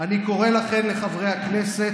אני קורא לכם, אני קורא לכם, חברי הכנסת,